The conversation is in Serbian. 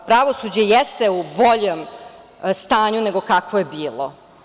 Pravosuđe jeste u boljem stanju nego kakvo je bilo.